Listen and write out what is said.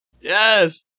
Yes